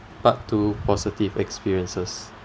part two positive experiences